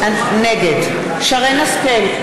נגד שרן השכל,